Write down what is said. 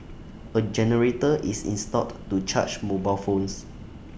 A generator is installed to charge mobile phones